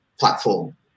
platform